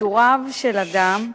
פיטוריו של אדם,